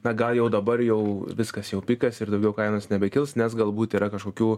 na gal jau dabar jau viskas jau pikas ir daugiau kainos nebekils nes galbūt yra kažkokių